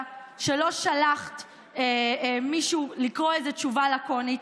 שלא שלחת מישהו לקרוא איזו תשובה לקונית,